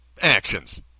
actions